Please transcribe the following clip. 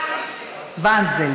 ועידת ואנזה.